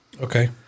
Okay